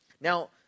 Now